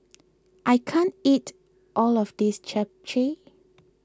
I can't eat all of this Japchae